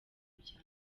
byaje